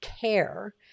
care